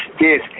yes